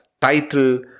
title